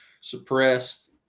suppressed